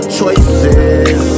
choices